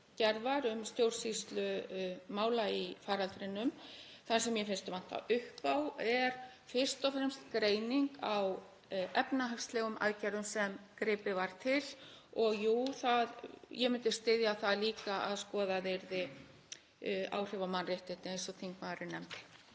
um stjórnsýslu mála í faraldrinum. Það sem mér finnst vanta upp á er fyrst og fremst greining á efnahagslegum aðgerðum sem gripið var til og jú, ég myndi styðja það líka að skoðuð yrðu áhrif á mannréttindi eins og þingmaðurinn nefndi.